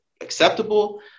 acceptable